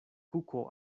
kuko